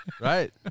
right